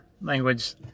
language